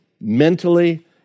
mentally